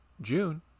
June